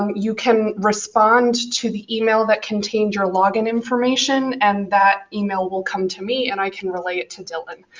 you can respond to the email that contained your login information, and that email will come to me, and i can relay it to dylan.